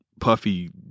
Puffy